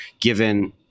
given